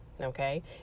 Okay